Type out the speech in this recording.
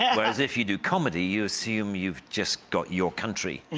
whereas, if you do comedy you assume you've just got your country.